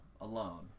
alone